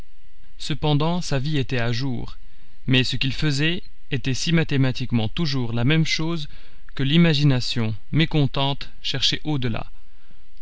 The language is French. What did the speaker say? cependant sa vie était à jour mais ce qu'il faisait était si mathématiquement toujours la même chose que l'imagination mécontente cherchait au-delà